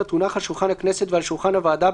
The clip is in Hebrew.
תונח על שולחן הכנסת ועל שולחן הוועדה,